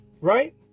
Right